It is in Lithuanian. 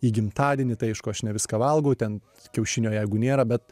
į gimtadienį tai aišku aš ne viską valgau ten kiaušinio jeigu nėra bet